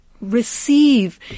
receive